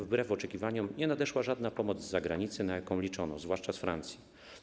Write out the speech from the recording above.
Wbrew oczekiwaniom nie nadeszła żadna pomoc z zagranicy, na jaką liczono, zwłaszcza z Francji.